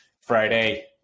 friday